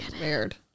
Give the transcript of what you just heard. weird